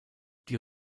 die